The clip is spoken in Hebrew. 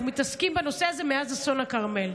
אנחנו מתעסקים בנושא הזה מאז אסון הכרמל.